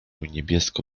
niebiesko